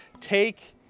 Take